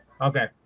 Okay